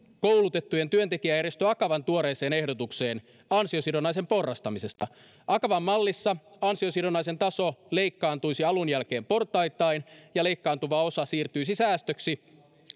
koulutettujen työntekijäjärjestö akavan tuoreeseen ehdotukseen ansiosidonnaisen porrastamisesta akavan mallissa ansiosidonnaisen taso leikkaantuisi alun jälkeen portaittain ja leikkaantuva osa siirtyisi säästöksi